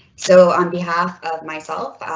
so on behalf of myself,